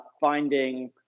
finding